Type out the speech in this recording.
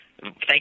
Thank